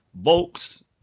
Volk's